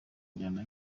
injyana